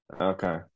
Okay